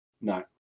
No